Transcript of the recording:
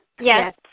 Yes